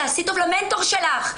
תעשי טוב למנטור שלך,